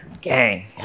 gang